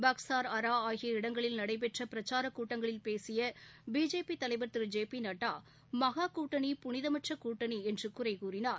பக்ஸார் அரா ஆகிய இடங்களில் நடைபெற்ற பிரச்சாரக் கூட்டங்களில் பேசிய பிஜேபி தலைவர் திரு ஜெ பி நட்டா மகா கூட்டணி புனிதமற்ற கூட்டணி என்று குறை கூறினார்